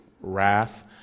wrath